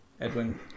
edwin